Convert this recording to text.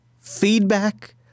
feedback